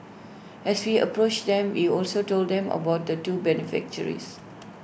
as we approached them we also told them about the two beneficiaries